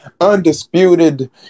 undisputed